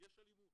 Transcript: יש אלימות.